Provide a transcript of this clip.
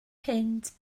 punt